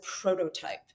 prototype